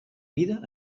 vida